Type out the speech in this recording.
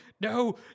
no